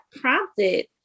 prompted